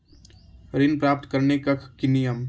ऋण प्राप्त करने कख नियम?